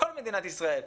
כל מדינת ישראל,